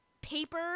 paper